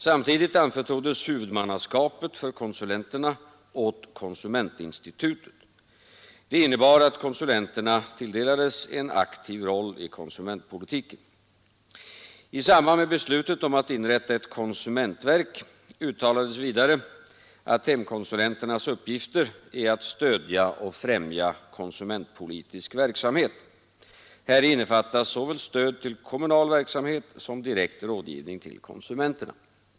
Samtidigt anförtroddes huvudmannaskapet för konsulenterna åt konsumentinstitutet. Detta innebar att konsulenterna tilldelades en aktiv roll i konsumentpolitiken. I samband med beslutet om att inrätta ett konsumentverk uttalades vidare att hemkonsulenternas uppgifter är att stödja och främja konsumentpolitisk verksamhet. Häri innefattas såväl stöd till kommunal verksamhet som direkt rådgivning till konsumenter.